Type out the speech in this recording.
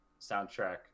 soundtrack